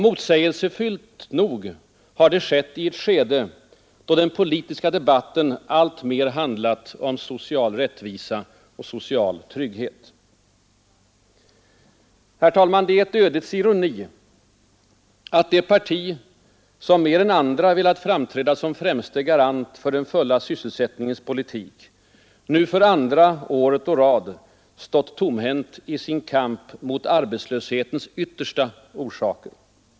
Motsägelsefyllt nog har det skett i ett skede då den politiska debatten alltmer handlat om social rättvisa och social trygghet. Herr talman! Det är en ödets ironi att det parti, som mer än andra velat framträda som främsta garant för den fulla sysselsättningens politik, nu för andra året å rad stått tomhänt i sin kamp mot arbetslöshetens yttersta orsaker.